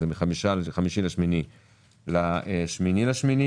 מה-5 באוגוסט עד 8 באוגוסט.